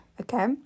okay